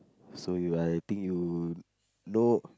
so you I think you know